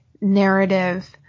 narrative